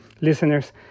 Listeners